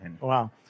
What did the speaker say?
Wow